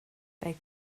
they